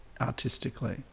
artistically